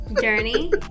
Journey